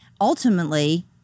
ultimately